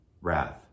wrath